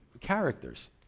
characters